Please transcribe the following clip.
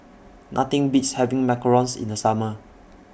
Nothing Beats having Macarons in The Summer